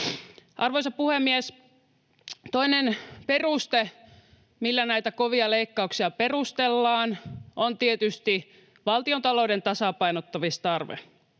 Arvoisa puhemies! Toinen peruste, millä näitä kovia leikkauksia perustellaan, on tietysti valtiontalouden tasapainottamistarve.